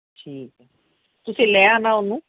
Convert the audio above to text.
ਠੀਕ ਹੈ ਤੁਸੀਂ ਲੈ ਆਉਣਾ ਉਹਨੂੰ